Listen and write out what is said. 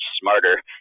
smarter